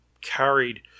carried